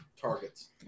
targets